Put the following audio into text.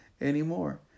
anymore